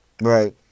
Right